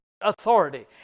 authority